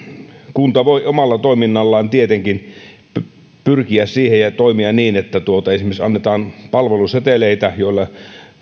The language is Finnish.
kunta voi omalla toiminnallaan tietenkin pyrkiä siihen ja toimia niin että esimerkiksi annetaan palveluseteleitä joilla